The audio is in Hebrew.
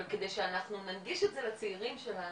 אבל כדי שאנחנו ננגיש את זה לצעירים שלנו,